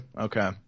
Okay